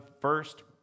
first